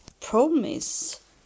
promise